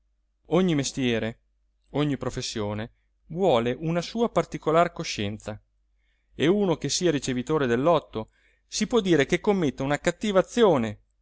ogni mestiere ogni professione vuole una sua particolar coscienza e uno che sia ricevitore del lotto si può dire che commetta una cattiva azione